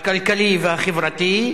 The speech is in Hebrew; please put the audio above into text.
הכלכלי והחברתי,